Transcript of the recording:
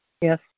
Yes